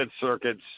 Circuit's